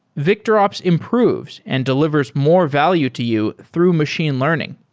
victorops improves and delivers more value to you through machine learning.